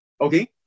Okay